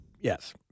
Yes